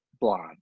blonde